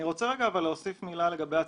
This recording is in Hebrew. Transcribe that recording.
אני רוצה להוסיף מילה לגבי הצינון.